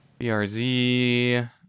brz